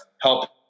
help